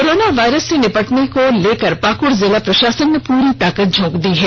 corona virus से निपटने को लेकर पाकुड़ जिला प्रशासन ने पूरी ताकत झोंक दी है